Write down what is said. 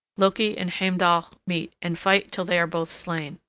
loki and heimdall meet and fight till they are both slain.